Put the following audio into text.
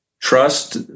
Trust